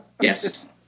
yes